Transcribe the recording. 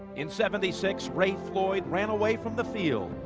in seventy-six ray floyd ran away from the field.